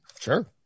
Sure